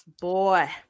Boy